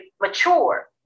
mature